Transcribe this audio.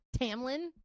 Tamlin